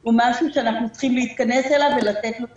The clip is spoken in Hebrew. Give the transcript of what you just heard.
זה דבר שאנחנו צריכים להתכנס אליו ולתת לו תקציבים.